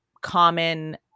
common